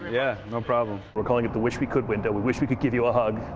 yeah, no problem. we're calling it the wish we could window. we wish we could give you a hug.